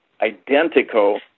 identical